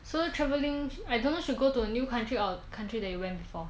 solo travelling I don't know should go to a new country or a country that you went before